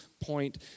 point